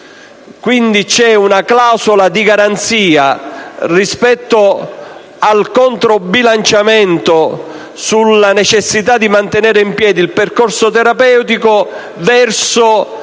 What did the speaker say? Quindi c'è una clausola di garanzia, rispetto al controbilanciamento sulla necessità di mantenere in piedi il percorso terapeutico, verso